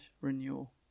renewal